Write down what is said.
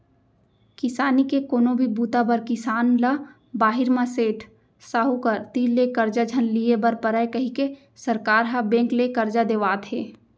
किसानी के कोनो भी बूता बर किसान ल बाहिर म सेठ, साहूकार तीर ले करजा झन लिये बर परय कइके सरकार ह बेंक ले करजा देवात हे